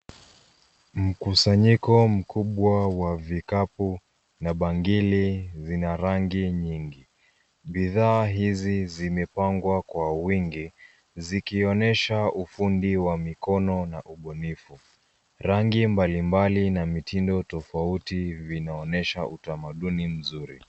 Mkusanyiko mkubwa wa vikapu na bangili zina rangi nyingi. Bidhaa hizi zimepangwa kwa wingi zikionyesha ufundi wa mikono na ubunifu. Rangi mbalimbali na mitindo tofauti vinaonyesha utamaduni mzuri.